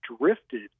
drifted